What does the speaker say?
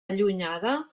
allunyada